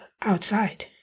outside